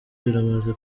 biramaze